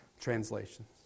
translations